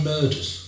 Murders